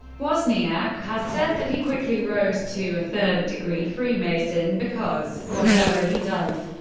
wozniak has said that he quickly rose to a third degree freemason because, whatever he does,